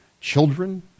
children